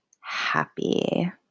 happy